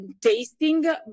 tasting